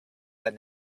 that